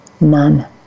none